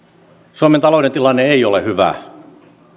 suomen talouden tilanne ei ole hyvä